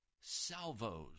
salvos